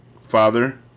Father